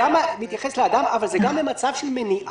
זה גם מתייחס לאדם אבל זה גם במצב של מניעה.